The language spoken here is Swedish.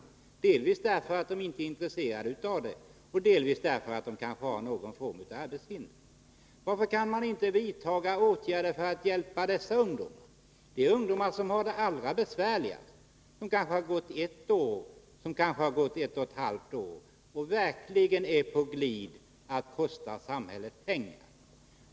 Anledningen kan dels vara att de inte är intresserade av den, dels att de har någon form av arbetshinder. Varför kan man inte vidta åtgärder för att hjälpa dessa ungdomar, som har det allra besvärligast? De har kanske gått ett eller ett och ett halvt år utan arbete och är verkligen på väg att kosta samhället pengar.